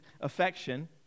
affection